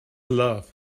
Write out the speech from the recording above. love